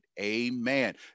amen